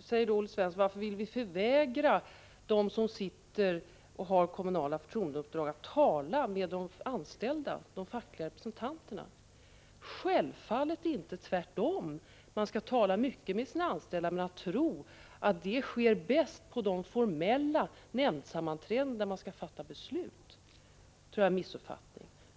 frågar Olle Svensson: Vill ni förvägra dem som har kommunala förtroendeuppdrag att tala med de fackliga representanterna? Självfallet inte, tvärtom. Man skall tala mycket med sina anställda, men att det sker bäst på de formella nämndsammanträdena där man skall fatta beslut, tror jag är en missuppfattning.